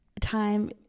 time